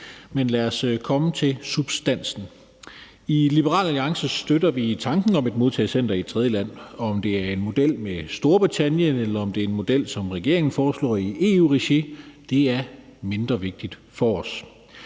Men lad os komme videre til substansen. I Liberal Alliance støtter vi tanken om et modtagecenter i et tredjeland. Om det er en model med Storbritannien, eller om det, som regeringen foreslår det, er en model i EU-regi, er mindre vigtigt for os.